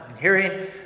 Hearing